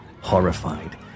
horrified